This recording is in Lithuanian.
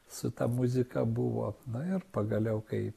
su ta muzika buvo na ir pagaliau kai